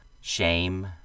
shame